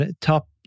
top